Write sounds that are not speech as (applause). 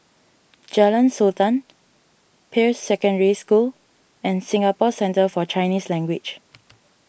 Jalan Sultan Peirce Secondary School and Singapore Centre for Chinese Language (noise)